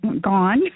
gone